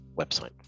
website